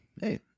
Hey